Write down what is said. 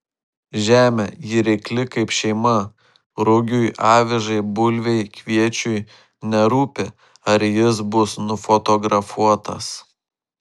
žemė ji reikli kaip šeima rugiui avižai bulvei kviečiui nerūpi ar jis bus nufotografuotas